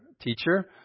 teacher